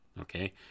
okay